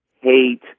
hate